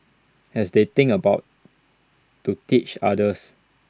as they think about to teach others